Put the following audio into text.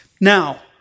Now